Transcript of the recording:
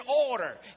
order